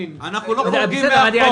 אנחנו לא חורגים מן החוק.